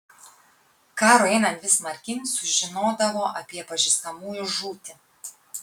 karui einant vis smarkyn sužinodavo apie pažįstamųjų žūtį